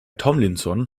tomlinson